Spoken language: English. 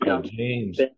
James